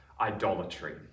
idolatry